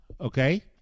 Okay